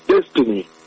destiny